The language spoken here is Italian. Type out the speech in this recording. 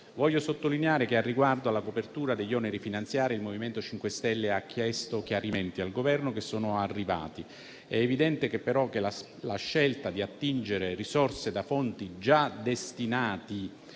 Voglio sottolineare che, riguardo alla copertura degli oneri finanziari, il MoVimento 5 Stelle ha chiesto chiarimenti al Governo, che sono arrivati. È evidente però che la scelta di attingere risorse dai fondi già destinati